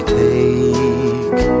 take